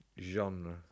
genre